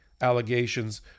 allegations